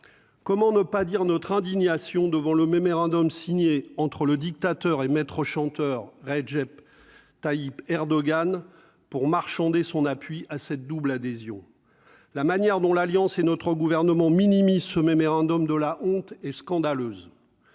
comment ne pas dire notre indignation devant le mémorandum signé entre le dictateur et maître chanteur Redjep Tayyip Erdogan pour marchander son appui à cette double adhésion la manière dont l'alliance et notre gouvernement minimise ce mémorandum de la honte et scandaleuse,